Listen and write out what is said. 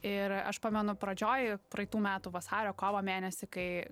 ir aš pamenu pradžioj praeitų metų vasario kovo mėnesį kai